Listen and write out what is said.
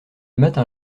matin